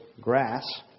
grass